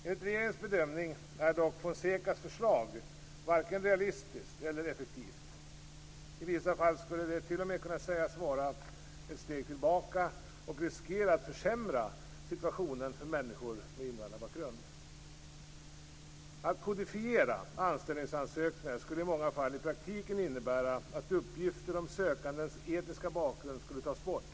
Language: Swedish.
Enligt regeringens bedömning är dock Fonsecas förslag varken realistiskt eller effektivt. I vissa fall skulle det t.o.m. kunna sägas vara ett steg tillbaka och riskera att försämra situationen för människor med invandrarbakgrund. Att "kodifiera" anställningsansökningar skulle i många fall i praktiken innebära att uppgifter om sökandens etniska bakgrund skulle tas bort.